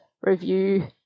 review